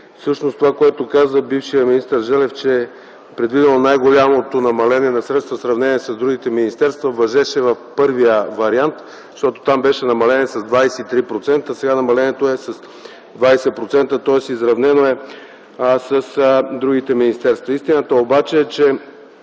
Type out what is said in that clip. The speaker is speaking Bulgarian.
Всъщност това, което каза бившият министър Желев – че е предвидено най-голямото намаление на средства, в сравнение с другите министерства, важеше в първия вариант, защото там беше намаление с 23%. Сега намалението е с 20%, тоест изравнено е с другите министерства. Истината обаче е, че